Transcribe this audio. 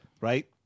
right